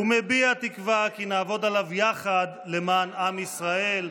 ומביע תקווה כי נעבוד עליו יחד למען עם ישראל.